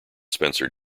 spencer